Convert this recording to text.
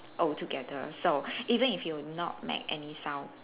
all together so even if you not make any sound